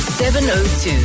702